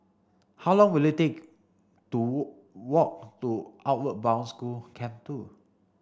how long will it take to walk to Outward Bound School Camp two